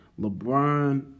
LeBron